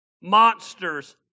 monsters